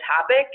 topic